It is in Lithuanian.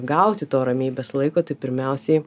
gauti to ramybės laiko tai pirmiausiai